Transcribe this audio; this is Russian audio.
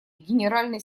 генеральный